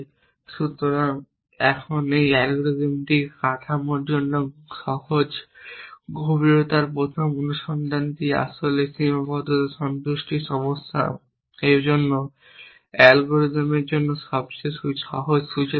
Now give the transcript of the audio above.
সুতরাং এখন এই অ্যালগরিদমটির কাঠামোর উপর করা সহজ গভীরতার প্রথম অনুসন্ধানটি আসলে সীমাবদ্ধতা সন্তুষ্টি সমস্যা অ্যালগরিদমগুলির জন্য সবচেয়ে সহজ সূচনা পয়েন্ট